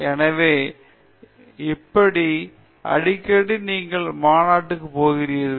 எனவே எப்படி அடிக்கடி நீங்கள் மாநாடுக்கு போகிறீர்கள்